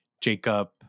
Jacob